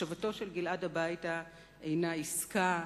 השבתו של גלעד הביתה אינה עסקה.